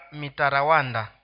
mitarawanda